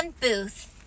Booth